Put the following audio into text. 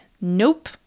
nope